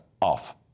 off